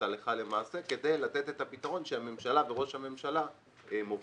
הלכה למעשה כדי לתת את הפתרון שהממשלה וראש הממשלה מוביל.